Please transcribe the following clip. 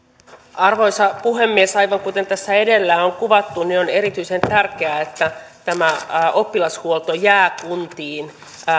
arvoisa puhemies aivan kuten tässä edellä on kuvattu niin on erityisen tärkeää että oppilashuolto jää kuntiin